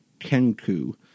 Kenku